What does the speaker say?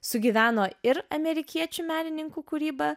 sugyveno ir amerikiečių menininkų kūryba